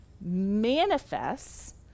manifests